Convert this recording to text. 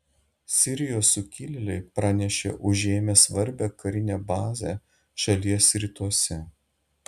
sirijos sukilėliai pranešė užėmę svarbią karinę bazę šalies rytuose